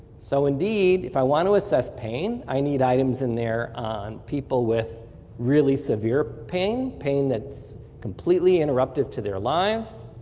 so indeed, if i want to assess pain, i need items in there on people with really severe pain, pain that's completely interrupted to their lives.